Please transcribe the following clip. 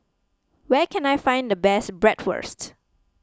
where can I find the best Bratwurst